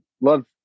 love